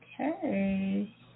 Okay